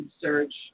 search